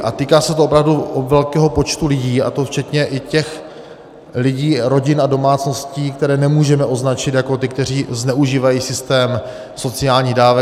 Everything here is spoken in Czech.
A týká se to opravdu velkého počtu lidí, a to včetně i těch lidí, rodin a domácností, které nemůžeme označit jako ty, kteří zneužívají systém sociálních dávek.